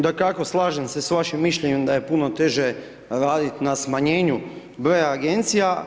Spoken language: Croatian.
Dakako, slažem se sa vašim mišljenjem da je puno teže raditi na smanjenju broja Agencija.